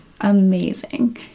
Amazing